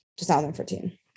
2014